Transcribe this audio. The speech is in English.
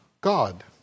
God